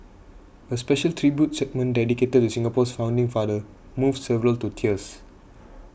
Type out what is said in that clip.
a special tribute segment dedicated to Singapore's founding father moved several to tears